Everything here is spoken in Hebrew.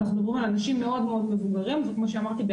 אנחנו מדברים על אנשים מאוד מבוגרים וכמו שאמרתי,